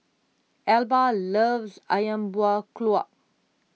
Elba loves Ayam Buah Keluak